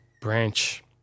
branch